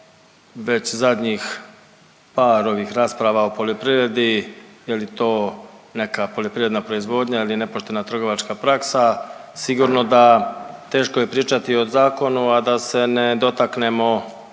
već zadnjih par ovih rasprava o poljoprivredi, je li to neka poljoprivredna proizvodnja ili nepoštena trgovačka praksa sigurno da teško je pričati o zakonu, a da se ne dotaknemo